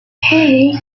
hey